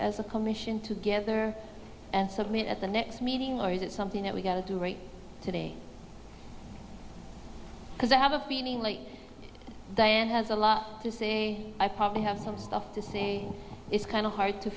as a commission together and submit at the next meeting or is it something that we got to do right today because i have a diane has a lot to say i probably have some stuff to say it's kind of hard to